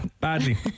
Badly